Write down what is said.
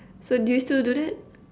so do you still do that